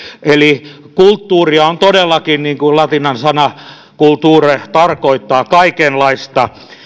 eli kulttuuria on todellakin niin kuin latinan sana cultura tarkoittaa kaikenlainen